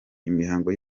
imihango